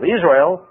Israel